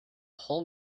whole